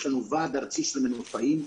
יש לנו ועד ארצי של מנופאים,